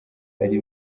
ari